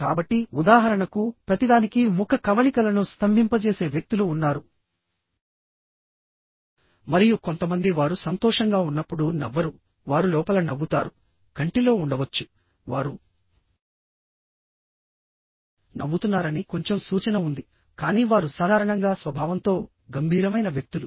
కాబట్టి ఉదాహరణకుప్రతిదానికీ ముఖ కవళికలను స్తంభింపజేసే వ్యక్తులు ఉన్నారు మరియు కొంతమంది వారు సంతోషంగా ఉన్నప్పుడు నవ్వరు వారు లోపల నవ్వుతారు కంటిలో ఉండవచ్చు వారు నవ్వుతున్నారని కొంచెం సూచన ఉంది కానీ వారు సాధారణంగా స్వభావంతో గంభీరమైన వ్యక్తులు